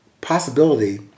possibility